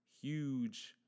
huge